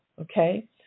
okay